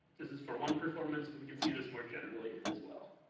this is for one performance. but we can see this more generally, as well.